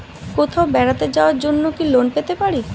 কোথাও বেড়াতে যাওয়ার জন্য কি লোন পেতে পারি?